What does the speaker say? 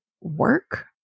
work